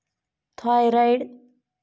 थॉयरॉईडना त्रास झाया ते राई खातस नैत का